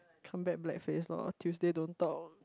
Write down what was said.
come back black face lor Tuesday don't talk